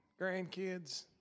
grandkids